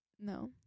No